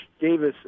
Davis